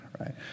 right